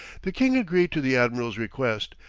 the king agreed to the admiral's request,